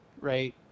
right